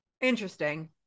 Interesting